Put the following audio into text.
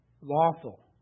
lawful